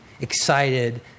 excited